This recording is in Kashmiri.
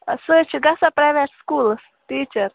سُہ حظ چھِ گژھان پرٛایویٹ سکوٗلَس ٹیٖچَر